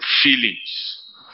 feelings